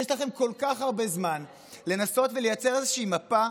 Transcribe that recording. יש לכם כל כך הרבה זמן לנסות ולייצר איזושהי מפה.